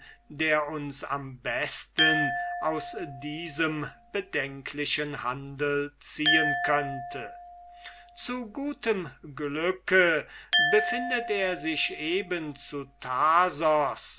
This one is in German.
der uns am besten aus diesem bedenklichen handel ziehen könnte zu gutem glück befindet er sich eben zu